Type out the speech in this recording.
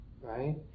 right